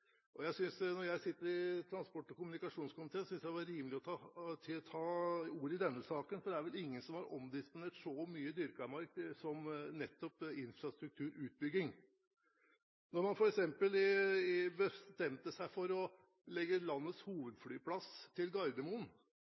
jeg sitter i transport- og kommunikasjonskomiteen, synes jeg det var rimelig å ta ordet i denne saken, for det er vel ikke noe som har ført til så mye omdisponert dyrket mark som nettopp infrastrukturutbygging. Da man f.eks. bestemte seg for å legge landets hovedflyplass til Gardermoen,